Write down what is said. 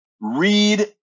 Read